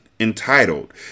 entitled